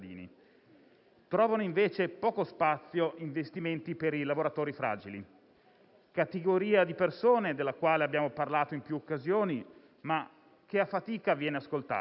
Trovano invece poco spazio investimenti per i lavoratori fragili, categoria di persone della quale abbiamo parlato in più occasioni, ma che a fatica viene ascoltata: